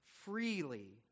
freely